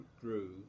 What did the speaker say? grew